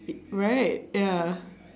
right ya